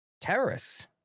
Terrorists